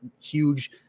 huge